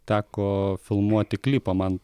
teko filmuoti klipą man